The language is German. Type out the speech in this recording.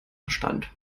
verstand